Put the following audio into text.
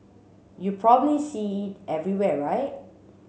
you probably see it everywhere right